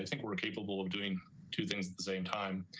think we're capable of doing two things at the same time.